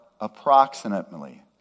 approximately